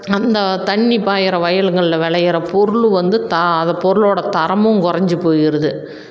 அந்த தண்ணி பாயுற வயலுங்களில் விளையிற பொருள் வந்து தா அதை பொருளோட தரமும் குறைஞ்சி போயிருது